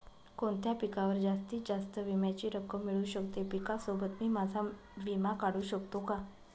कोणत्या पिकावर जास्तीत जास्त विम्याची रक्कम मिळू शकते? पिकासोबत मी माझा विमा काढू शकतो का?